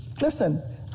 listen